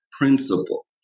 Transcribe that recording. principle